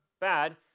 bad